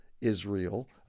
Israel